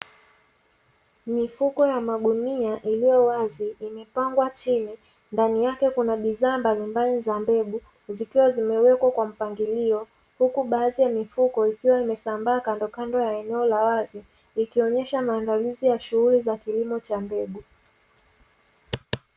Mifuko ya magunia iliyowazi imepangwa chini ndani yake kuna bidhaa mbalimbali za mbegu zikiwa zimewekwa kwa mpangilio huku baadhi ya mifuko ikiwa imesambaa kandokando ya eneo la wazi, ikionyesha maandalizi ya shughuli za kilimo cha mbegu.